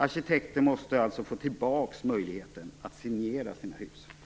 Arkitekten måste alltså får tillbaka möjligheten att "signera" sina hus. 5.